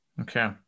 Okay